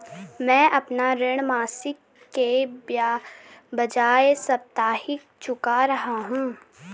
मैं अपना ऋण मासिक के बजाय साप्ताहिक चुका रहा हूँ